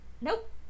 nope